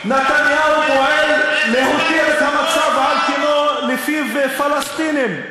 נתניהו פועל להותיר על כנו את המצב שבו פלסטינים,